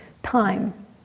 Time